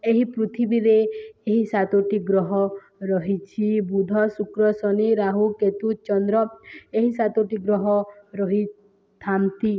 ଏହି ପୃଥିବୀରେ ଏହି ସାତୋଟି ଗ୍ରହ ରହିଛି ବୁଦ୍ଧ ଶୁକ୍ର ଶନି ରାହୁ କେତୁ ଚନ୍ଦ୍ର ଏହି ସାତୋଟି ଗ୍ରହ ରହିଥାନ୍ତି